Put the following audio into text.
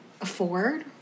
afford